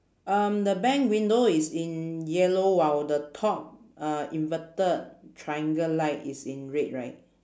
um the bank window is in yellow while the top uh inverted triangle light is in red right